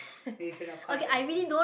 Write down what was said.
we do not come oh sea